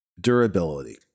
Durability